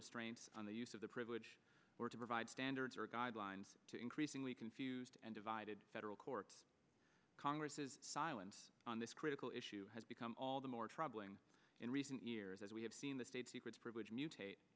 restraints on the use of the privilege or to provide standards or guidelines to increasingly confused and divided federal court congress's silence on this critical issue has become all the more troubling in recent years as we have seen the state secrets privilege mutate